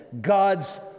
God's